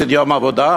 והוא יפסיד יום עבודה.